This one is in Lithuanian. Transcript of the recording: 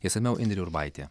išsamiau indrė urbaitė